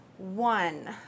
One